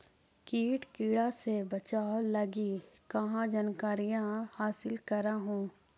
किट किड़ा से बचाब लगी कहा जानकारीया हासिल कर हू?